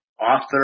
author